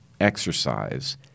exercise